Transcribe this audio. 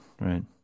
right